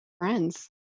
friends